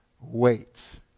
wait